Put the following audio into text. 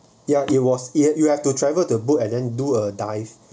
ya it was it you have to travel to book and then do a dive